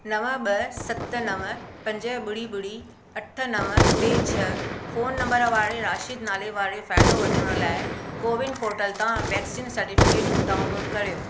नव ॿ सत नव पंज ॿुड़ी ॿुड़ी अठ नव टे छ्ह फोन नंबर वारे राशिद नाले वारे फ़ाइदो वठण लाइ कोविन पोर्टल तां वैक्सीन सर्टिफिकेट डाउनलोड करियो